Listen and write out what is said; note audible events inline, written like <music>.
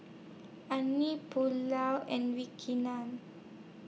Unagi Pulao and <unintelligible>